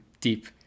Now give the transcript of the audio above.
deep